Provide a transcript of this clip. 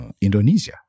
Indonesia